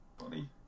funny